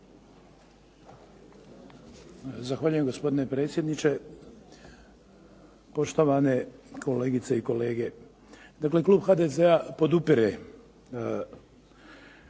Zahvaljujem, gospodine predsjedniče. Poštovane kolegice i kolege. Dakle, klub HDZ-a podupire